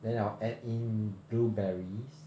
then I'll add in blueberries